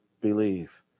Believe